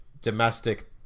domestic